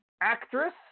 actress